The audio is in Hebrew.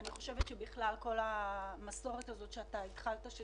אני חושבת שבכלל כל המסורת שהתחלת של